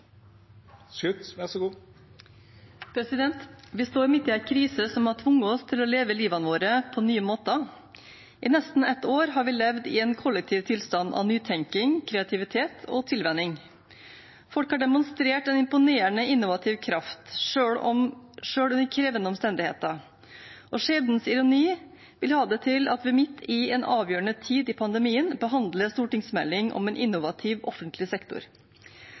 å leve livet vårt på nye måter. I nesten ett år har vi levd i en kollektiv tilstand av nytenkning, kreativitet og tilvenning. Folk har demonstrert en imponerende innovativ kraft, selv under krevende omstendigheter. Skjebnens ironi vil ha det til at vi midt i en avgjørende tid i pandemien behandler en stortingsmelding om en innovativ offentlig sektor,